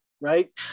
right